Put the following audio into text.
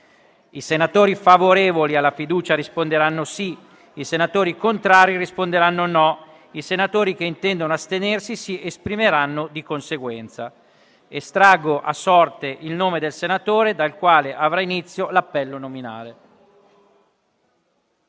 I senatori favorevoli alla fiducia risponderanno sì; i senatori contrari risponderanno no; i senatori che intendono astenersi si esprimeranno di conseguenza. Estraggo ora a sorte il nome del senatore dal quale avrà inizio l'appello nominale.